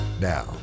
now